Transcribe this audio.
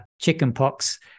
chickenpox